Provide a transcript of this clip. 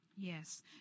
Yes